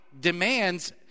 demands